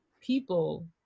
people